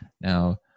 Now